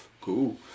Cool